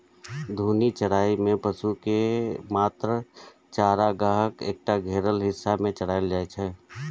घूर्णी चराइ मे पशु कें मात्र चारागाहक एकटा घेरल हिस्सा मे चराएल जाइ छै